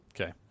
Okay